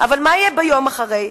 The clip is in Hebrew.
אבל מה יהיה ביום אחרי?